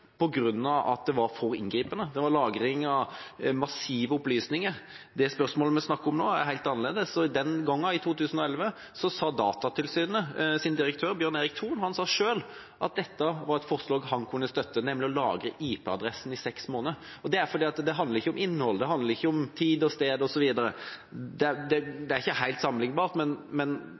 det var for inngripende. Det var lagring av massive opplysninger. Det spørsmålet vi snakker om nå, er helt annerledes. Den gangen, i 2011, sa Datatilsynets direktør, Bjørn Erik Thon, selv at dette var et forslag han kunne støtte, nemlig å lagre IP-adressen i seks måneder. Det er fordi det ikke handler om innhold, tid og sted osv. Det er ikke helt sammenlignbart, men det er